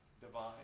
divine